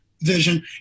vision